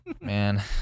Man